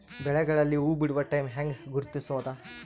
ಬೆಳೆಗಳಲ್ಲಿ ಹೂಬಿಡುವ ಟೈಮ್ ಹೆಂಗ ಗುರುತಿಸೋದ?